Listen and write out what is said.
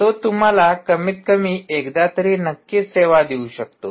तो तुम्हाला कमीतकमी एकदा तरी नक्कीच सेवा देऊ शकतो